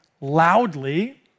loudly